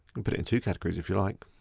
and put it into categories if you like.